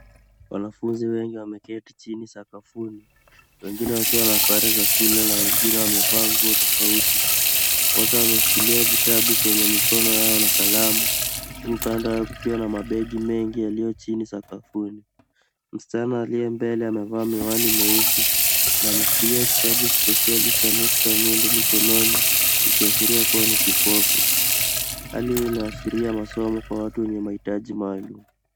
Wanafunzi wengi wameketi chini sakafuni wengine wakiwa na sare za shule na wengine wamevaa nguo tofauti. Wote wameshikilia vitabu kwenye mikono yao na kalamu huku kando yao kukiwa na mabegi mengi yaliyo chini sakafuni. Msichana aliye mbele amevaa miwani meusi na ameshikilia kitabu spesheli cha nukta nundu mikononi ikiashiria kuwa ni kipofu. Hali hii inaashiria masomo kwa watu wenye mahitaji maalum.